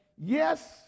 yes